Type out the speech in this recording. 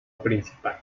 principal